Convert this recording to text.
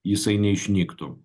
jisai neišnyktų